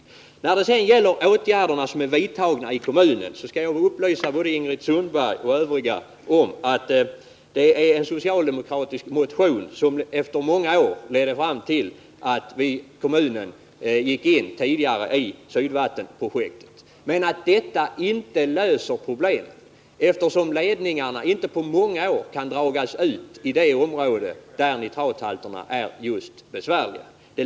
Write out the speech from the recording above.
Beträffande de i kommunen vidtagna åtgärderna kan jag upplysa Ingrid Sundberg och övriga om att det var en socialdemokratisk motion som efter många år ledde fram till att kommunen gick in tidigare i Sydvattenprojektet. Det löser emellertid inte problemet, eftersom ledningarna inte på åtskilliga år kan dras ut i det område där nitrathalterna är mest besvärande.